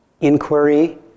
inquiry